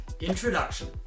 Introduction